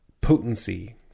potency